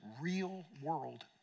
real-world